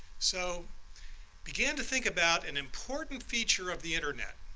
so began to think about an important feature of the internet.